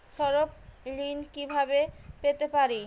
স্বল্প ঋণ কিভাবে পেতে পারি?